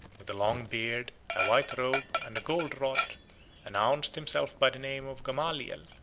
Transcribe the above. with a long beard, a white robe, and a gold rod announced himself by the name of gamaliel,